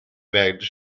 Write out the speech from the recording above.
veg